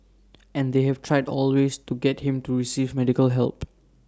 and they have tried all ways to get him to receive medical help